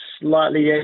slightly